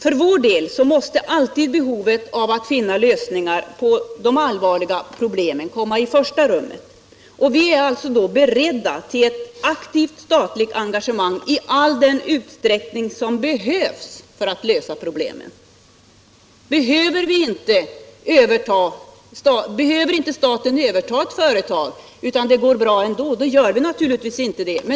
För vår del måste alltid kravet att finna lösningar på de allvarliga problemen komma i första rummet. Och då är vi beredda på ett aktivt statligt engagemang i all den utsträckning som behövs för att problemen skall lösas. Om staten inte behöver överta ett företag, alltså om det går bra ändå, så blir det naturligtvis inget övertagande.